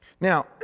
Now